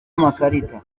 amakarita